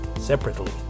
separately